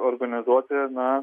organizuoti na